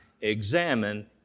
examine